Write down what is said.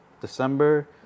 December